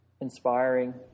inspiring